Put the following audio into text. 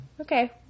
okay